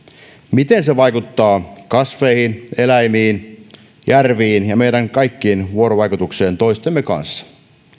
miten se vaikuttaa kasveihin eläimiin järviin ja meidän kaikkien vuorovaikutukseen toistemme kanssa